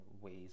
ways